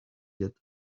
yet